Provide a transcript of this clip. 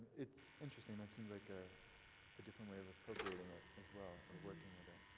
it's interesting, that seems like a ah different way of appropriating it as well, of working with it.